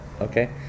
okay